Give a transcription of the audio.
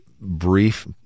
brief